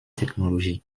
technologie